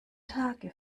tage